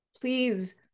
Please